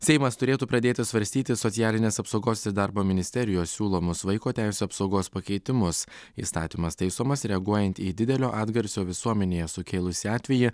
seimas turėtų pradėti svarstyti socialinės apsaugos ir darbo ministerijos siūlomus vaiko teisių apsaugos pakeitimus įstatymas taisomas reaguojant į didelio atgarsio visuomenėje sukėlusį atvejį